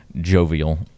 jovial